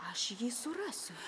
aš jį surasiu